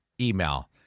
email